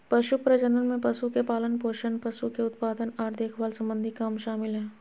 पशु प्रजनन में पशु के पालनपोषण, पशु के उत्पादन आर देखभाल सम्बंधी काम शामिल हय